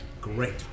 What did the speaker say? Great